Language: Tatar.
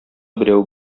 берәү